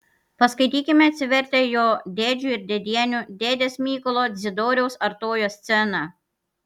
paskaitykime atsivertę jo dėdžių ir dėdienių dėdės mykolo dzidoriaus artojo sceną